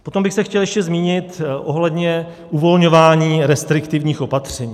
Potom bych se chtěl ještě zmínit ohledně uvolňování restriktivních opatření.